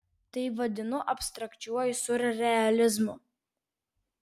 tai vadinu abstrakčiuoju siurrealizmu